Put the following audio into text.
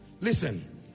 Listen